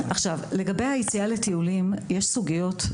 לגבי היציאה לטיולים, יש סוגיות.